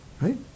Right